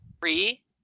Three